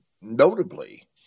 notably